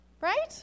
right